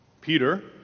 Peter